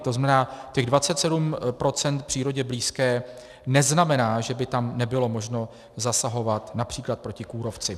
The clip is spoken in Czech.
To znamená, těch 27 % přírodě blízké neznamená, že by tam nebylo možno zasahovat například proti kůrovci.